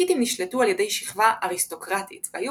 הסקיתים נשלטו על ידי שכבה אריסטוקרטית והיו